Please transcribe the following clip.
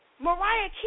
Mariah